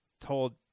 told